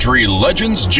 Legends